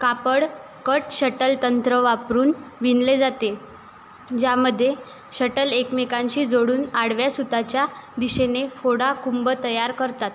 कापड cut shuttle तंत्र वापरून विणले जाते ज्यामधे शटल एकमेकांशी जोडून आडव्या सुताच्या दिशेने फोडा कुंभ तयार करतात